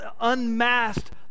unmasked